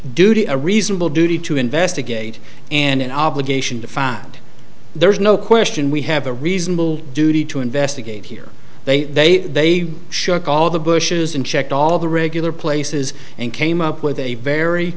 duty a reasonable duty to investigate and an obligation to find there is no question we have a reasonable duty to investigate here they should call the bush's in checked all the regular places and came up with a very